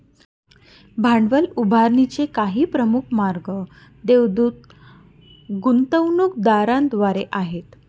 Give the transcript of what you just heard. भांडवल उभारणीचे काही प्रमुख मार्ग देवदूत गुंतवणूकदारांद्वारे आहेत